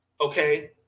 okay